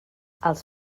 els